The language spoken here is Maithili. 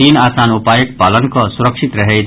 तीन आसान उपायक पालन कऽ सुरक्षित रहैथ